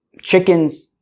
chickens